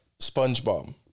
SpongeBob